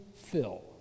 fill